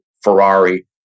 Ferrari